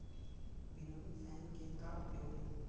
Winnowing fan के का उपयोग हे?